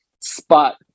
spot